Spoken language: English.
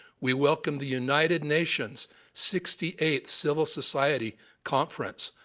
we welcomed the united nations sixty eighth civil society conference,